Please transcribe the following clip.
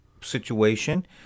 situation